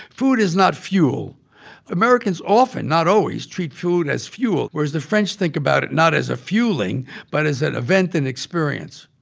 food is not fuel americans often not always treat food as fuel, whereas the french think about it not as a fueling but as an event and experience.